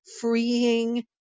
freeing